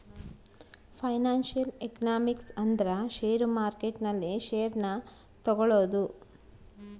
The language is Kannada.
ಫೈನಾನ್ಸಿಯಲ್ ಎಕನಾಮಿಕ್ಸ್ ಅಂದ್ರ ಷೇರು ಮಾರ್ಕೆಟ್ ನಲ್ಲಿ ಷೇರ್ ನ ತಗೋಳೋದು